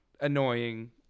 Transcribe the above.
annoying